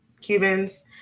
Cubans